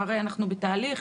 אנחנו בתהליך,